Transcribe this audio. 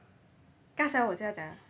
刚才我就要讲了